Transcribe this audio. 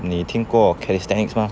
你听过 calisthenics mah